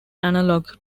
analogue